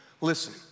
listen